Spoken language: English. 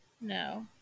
No